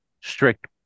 strict